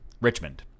Richmond